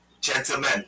Gentlemen